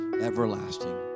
everlasting